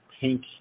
pink